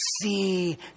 see